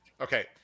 Okay